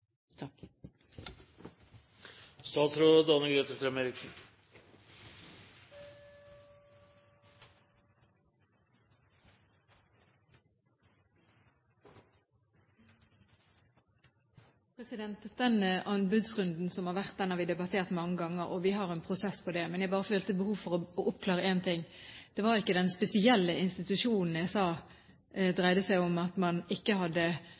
være grundig og god. Den anbudsrunden som har vært, har vi debattert mange ganger, og vi har en prosess på det. Men jeg følte behov for å oppklare en ting: Det var ikke den spesielle institusjonen jeg mente da jeg sa det dreide seg om at man ikke nødvendigvis hadde